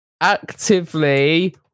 actively